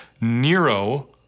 Nero